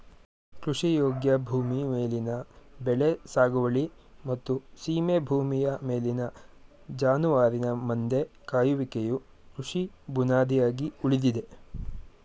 ಕೃಷಿಯೋಗ್ಯ ಭೂಮಿ ಮೇಲಿನ ಬೆಳೆ ಸಾಗುವಳಿ ಮತ್ತು ಸೀಮೆ ಭೂಮಿಯ ಮೇಲಿನ ಜಾನುವಾರಿನ ಮಂದೆ ಕಾಯುವಿಕೆಯು ಕೃಷಿ ಬುನಾದಿಯಾಗಿ ಉಳಿದಿದೆ